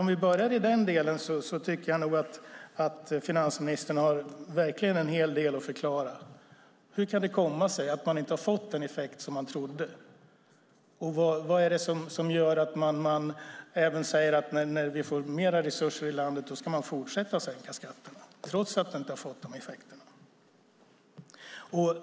Om vi börjar i den delen tycker jag nog att finansministern har en hel del att förklara. Hur kan det komma sig att det inte har fått den effekt som man trodde? Vad är det som gör att man även säger att när vi får mer resurser i landet ska vi fortsätta att sänka skatterna, trots att det inte har fått någon effekt?